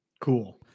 Cool